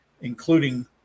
including